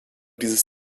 dieses